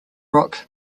rock